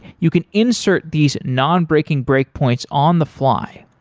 you can insert these nonbreaking breakpoints on the fly.